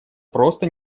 просто